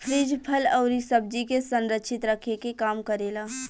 fridge फल अउरी सब्जी के संरक्षित रखे के काम करेला